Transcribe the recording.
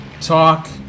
Talk